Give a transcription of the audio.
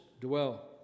dwell